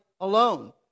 alone